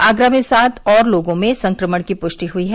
आगरा में सात और लोगों में संक्रमण की पृष्टि हुई है